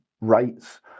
rights